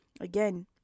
again